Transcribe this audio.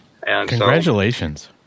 Congratulations